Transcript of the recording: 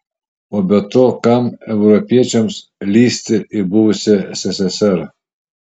o be to kam europiečiams lįsti į buvusią sssr